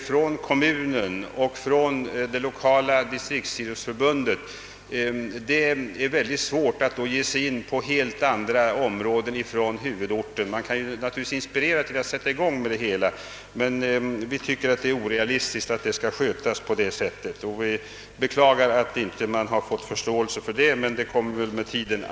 Vi tycker då att det är mycket svårt att tänka sig att ett sådant huvudkårortens organ skall kunna få god kontakt med filialortens kommunala organ och lokala idrottsliv. Man kan naturligtvis inspirera till att sätta i gång med det hela, men vi finner det orealistiskt att verksamheten skall skötas på det sättet och beklagar att man inte fått förståelse för detta, men den kommer väl med tiden.